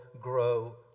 grow